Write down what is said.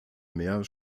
meer